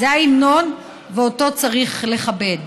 זה ההמנון, ואותו צריך לכבד.